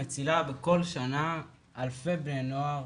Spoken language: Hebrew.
מצילה בכל שנה אלפי בני נוער